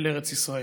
אל ארץ ישראל.